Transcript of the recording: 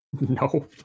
no